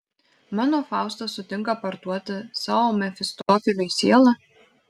mano faustas sutinka parduoti savo mefistofeliui sielą